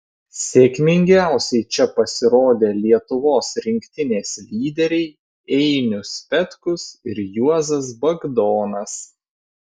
sėkmingiausiai čia pasirodė lietuvos rinktinės lyderiai einius petkus ir juozas bagdonas